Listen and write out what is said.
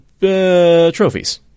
trophies